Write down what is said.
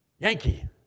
Yankee